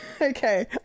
Okay